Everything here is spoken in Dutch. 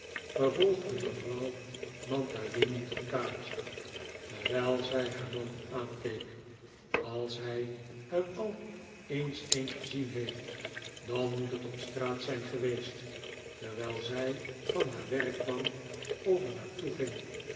vervolgde mevrouw mantalini tot kaatje terwijl zij haar man aankeek als hij er al eens een gezien heeft dan moet het op straat zijn geweest terwijl zij van haar werk kwam of er naar toe ging